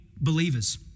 believers